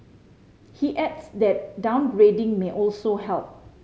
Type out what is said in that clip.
he adds that downgrading may also help